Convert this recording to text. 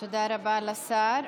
תודה רבה לשר.